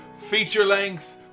feature-length